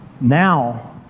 Now